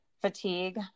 fatigue